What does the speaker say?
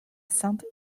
sainte